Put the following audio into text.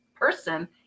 person